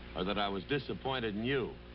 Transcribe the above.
or that i was disappointed in you,